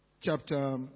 chapter